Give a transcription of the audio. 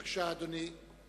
בבקשה, אדוני.